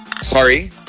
sorry